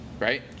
Right